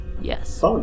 yes